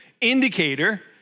indicator